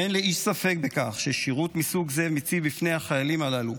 אין לאיש ספק בכך ששירות מסוג זה מציב בפני החיילים הללו,